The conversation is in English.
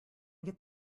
get